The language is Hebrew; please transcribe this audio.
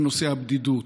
בנושא הבדידות.